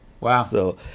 Wow